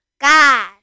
God